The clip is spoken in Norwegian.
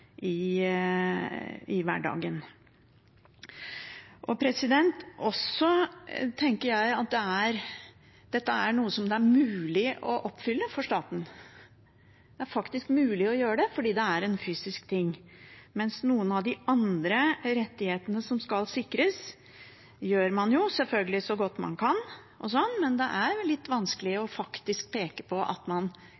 i hverdagen. Jeg tenker også at dette er noe som det er mulig å oppfylle for staten. Det er faktisk mulig å gjøre det, fordi det er en fysisk ting, mens når det gjelder noen av de andre rettighetene som skal sikres, gjør man selvfølgelig så godt man kan, men det er litt vanskelig